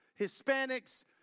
Hispanics